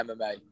MMA